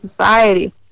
society